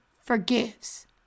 forgives